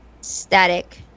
static